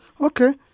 Okay